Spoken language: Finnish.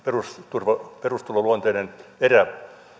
perustuloluonteinen erä